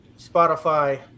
spotify